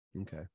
Okay